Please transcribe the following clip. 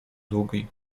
długi